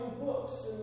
books